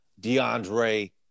DeAndre